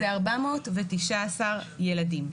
זה 419 ילדים,